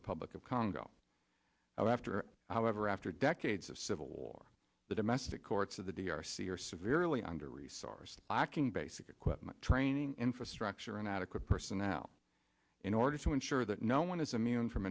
republic of congo after however after decades of civil war the domestic courts of the d r see are severely under resourced acting basic equipment training infrastructure and adequate personnel in order to ensure that no one is immune from